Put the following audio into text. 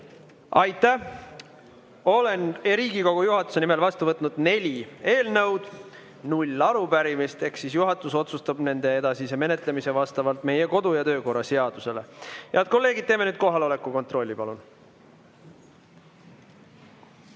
Aitäh! Olen Riigikogu juhatuse nimel vastu võtnud neli eelnõu ja null arupärimist. Juhatus otsustab nende edasise menetlemise vastavalt meie kodu‑ ja töökorra seadusele. Head kolleegid, teeme nüüd kohaloleku kontrolli, palun!